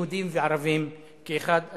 יהודים וערבים כאחד.